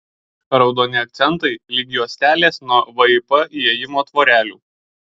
raudoni akcentai lyg juostelės nuo vip įėjimo tvorelių